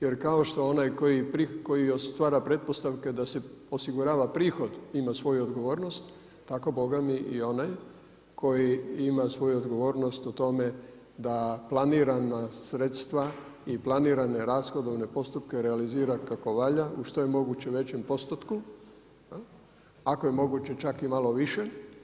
Jer kao što onaj koji stvara pretpostavke da se osigurava prihod ima svoju odgovornost, tako Boga mi i onaj koji ima svoju odgovornost o tome da planirana sredstva i planirane rashodovne postupke realizira kako valja u što je moguće većem postotku, ako je moguće čak i malo više.